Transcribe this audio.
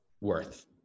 worth